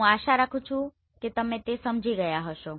હું આશા રાખું છું કે તમે તે સમજી ગયા હશો